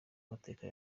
amateka